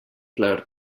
per